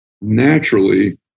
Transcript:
naturally